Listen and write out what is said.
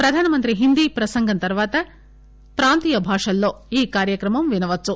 ప్రధానమంత్రి హిందీ ప్రసంగం తర్వాత ప్రాంతీయ భాషల్లో ఈ కార్యక్రమం వినవచ్చు